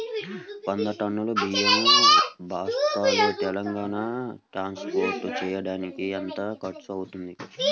వంద టన్నులు బియ్యం బస్తాలు తెలంగాణ ట్రాస్పోర్ట్ చేయటానికి కి ఎంత ఖర్చు అవుతుంది?